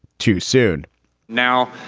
too soon now,